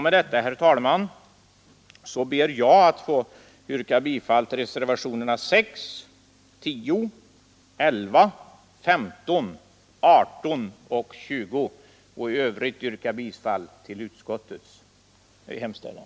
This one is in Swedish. Med detta, herr talman, ber jåg att få yrka bifall till reservationerna 6, 10, 11, 15, 18 och 20 vid inrikesutskottets betänkande nr 28. I övrigt yrkar jag bifall till inrikesutskottets hemställan.